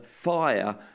fire